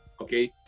okay